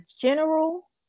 general